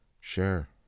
share